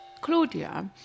Claudia